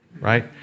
Right